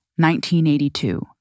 1982